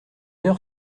heure